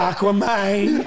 Aquaman